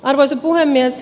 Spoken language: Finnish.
arvoisa puhemies